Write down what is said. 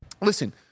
listen